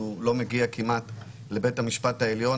אז הוא לא מגיע כמעט לבית המשפט העליון,